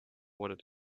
what